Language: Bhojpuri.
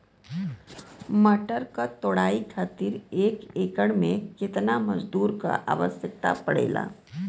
मटर क तोड़ाई खातीर एक एकड़ में कितना मजदूर क आवश्यकता पड़ेला?